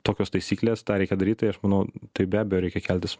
tokios taisyklės tą reikia daryt tai aš manau tai be abejo reikia keltis